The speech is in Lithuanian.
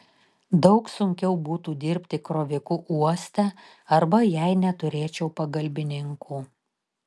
daug sunkiau būtų dirbti kroviku uoste arba jei neturėčiau pagalbininkų